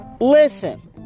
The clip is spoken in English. Listen